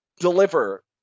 deliver